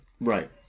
Right